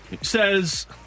Says